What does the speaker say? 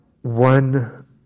One